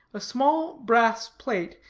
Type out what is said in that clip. a small brass plate,